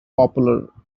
popular